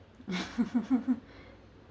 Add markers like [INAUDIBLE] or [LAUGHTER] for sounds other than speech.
[LAUGHS] [BREATH]